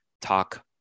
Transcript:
talk